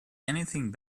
anything